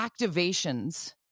activations